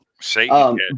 Satan